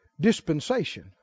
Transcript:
dispensation